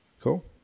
Cool